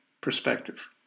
perspective